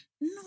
No